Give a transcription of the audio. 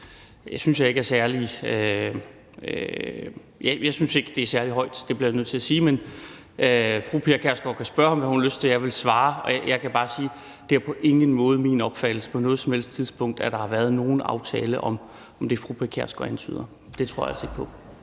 spørgsmålet ikke er særlig højt. Det bliver jeg nødt til at sige. Men fru Pia Kjærsgaard kan spørge om, hvad hun har lyst til, og jeg vil svare. Jeg kan bare sige, at det på ingen måde er min opfattelse, at der på noget som helst tidspunkt har været nogen aftale om det, fru Pia Kjærsgaard antyder. Det tror jeg altså ikke på.